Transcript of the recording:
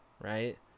right